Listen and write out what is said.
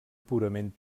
purament